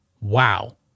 Wow